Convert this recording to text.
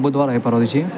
बुधवार आहे परवा दिवशी